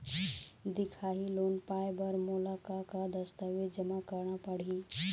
दिखाही लोन पाए बर मोला का का दस्तावेज जमा करना पड़ही?